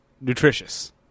nutritious